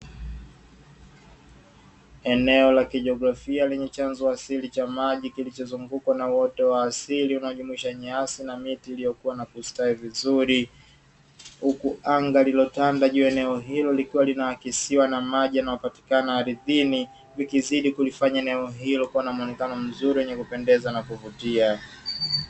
Eneo la kijiografia lenye chanzo asili cha maji kilichozungukwa na uoto wa asili, unajumuisha nyasi na miti iliyokuwa na kustawi vizuri, huku anga lililotanda juu eneo hilo likiwa linakisiwa na maji na wapatikana wa ardhini vikizidi kulifanya neno hilo kuwa na muonekano mzuri wenye kupendeza na kuvutia.